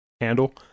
handle